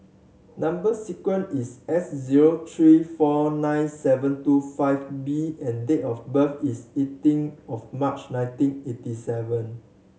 number sequence is S zero three four nine seven two five B and date of birth is eighteen of March nineteen eighty seven